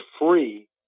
free